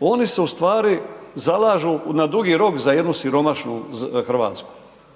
oni se u stvari zalažu na dugi rok za jednu siromašnu Hrvatsku,